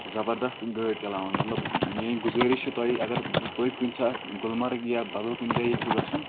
یہِ چھُ زبردست گٲڑۍ چلاوان مطلب میٲنۍ گُزٲرِش چھِ تۄہہِ اگر تُہۍ کُنہِ ساتہٕ گُلمرٕگ یا بدل کُنہِ جایہِ یژھِو گژھُن